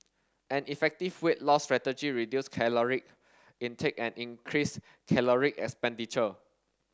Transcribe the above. an effective weight loss strategy reduce caloric intake and increase caloric expenditure